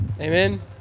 Amen